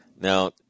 Now